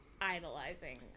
idolizing